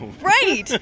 right